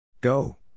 Go